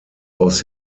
aus